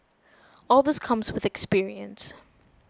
all this comes with experience